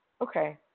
okay